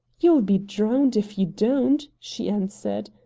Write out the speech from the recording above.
you'll be drowned if you don't! she answered.